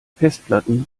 festplatten